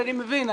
אני מבין,